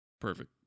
Perfect